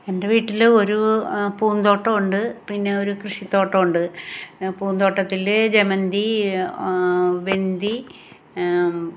എൻ്റെ വീട്ടിൽ ഒരൂ പൂന്തോട്ടം ഉണ്ട് പിന്നെ ഒരു കൃഷിത്തോട്ടം ഉണ്ട് പൂന്തോട്ടത്തിൽ ജമന്തി വെന്തി